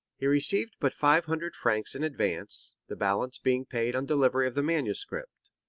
he received but five hundred francs in advance, the balance being paid on delivery of the manuscript.